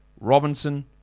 Robinson